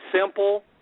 simple